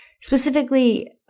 Specifically